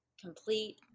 complete